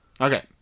Okay